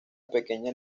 pequeña